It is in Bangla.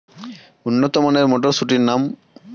উন্নত মানের মটর মটরশুটির নাম?